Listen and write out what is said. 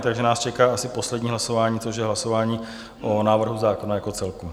Takže nás čeká asi poslední hlasování, což je hlasování o návrhu zákona jako celku.